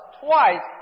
twice